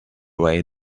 way